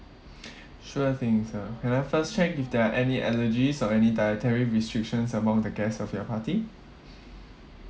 sure thing sir can I first check if there are any allergies or any dietary restrictions among the guests of your party